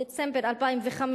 בדצמבר 2005,